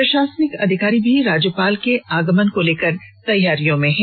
प्रशासनिक अधिकारी भी राज्यपाल के आगमन को लेकर तैयारियों में लगे हैं